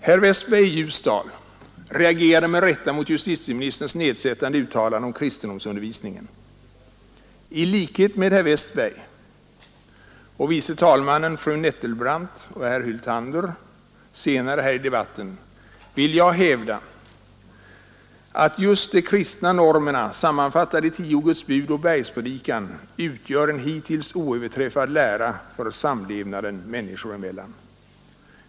Herr, Westberg i Ljusdal reagerade med rätta mot justitieministerns nedsättande uttalande om kristendomsundervisningen. I likhet med herr Westberg, fru andre vice talmannen Nettelbrandt och herr Hyltander senare här i debatten vill jag hävda att just de kristna normerna, sammanfattade i tio Guds bud och bergspredikan, utgör en hittills oöverträffad lära för samlevnaden människor emellan.